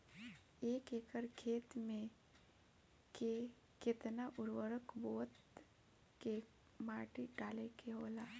एक एकड़ खेत में के केतना उर्वरक बोअत के माटी डाले के होला?